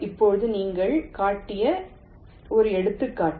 இப்போது நீங்கள் காட்டிய இந்த எடுத்துக்காட்டு